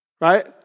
right